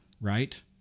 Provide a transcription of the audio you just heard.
right